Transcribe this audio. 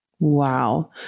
Wow